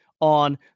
on